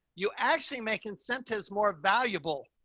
you actually make incentives more valuable.